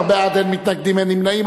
19 בעד, אין מתנגדים ואין נמנעים.